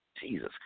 Jesus